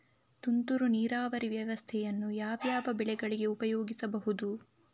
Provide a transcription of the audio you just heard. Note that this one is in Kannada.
ತುಂತುರು ನೀರಾವರಿ ವ್ಯವಸ್ಥೆಯನ್ನು ಯಾವ್ಯಾವ ಬೆಳೆಗಳಿಗೆ ಉಪಯೋಗಿಸಬಹುದು?